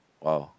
!wow!